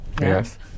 Yes